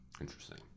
Interesting